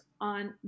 on